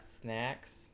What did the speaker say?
snacks